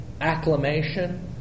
acclamation